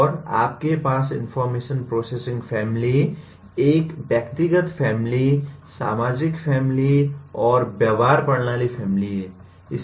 और आपके पास इनफार्मेशन प्रोसेसिंग फैमिली एक व्यक्तिगत फैमिली सामाजिक फैमिली और व्यवहार प्रणाली फैमिली है